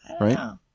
Right